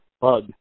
bug